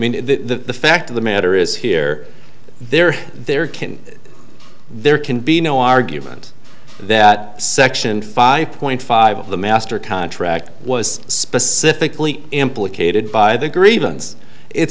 mean the fact of the matter is here there are there can there can be no argument that section five point five of the master contract was specifically implicated by the